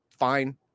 Fine